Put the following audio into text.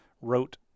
wrote